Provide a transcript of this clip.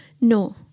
No